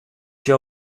się